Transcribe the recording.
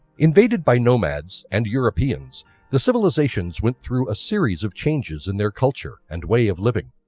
invaded by nomads and europeans the civilizations went through a series of changes in their culture and way of living.